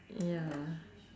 ya